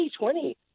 2020